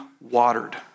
watered